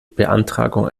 beantragung